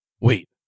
Wait